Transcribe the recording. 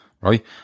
right